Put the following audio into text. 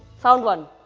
found one.